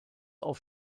auf